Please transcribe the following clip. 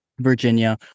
Virginia